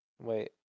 Wait